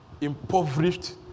impoverished